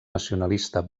nacionalista